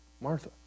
Martha